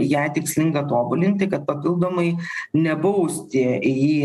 ją tikslinga tobulinti kad papildomai nebausti į jį